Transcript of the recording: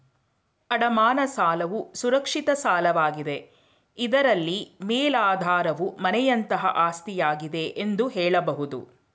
ಅಡಮಾನ ಸಾಲವು ಸುರಕ್ಷಿತ ಸಾಲವಾಗಿದೆ ಇದ್ರಲ್ಲಿ ಮೇಲಾಧಾರವು ಮನೆಯಂತಹ ಆಸ್ತಿಯಾಗಿದೆ ಎಂದು ಹೇಳಬಹುದು